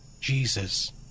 Jesus